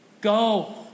Go